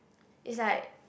it's like